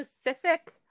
specific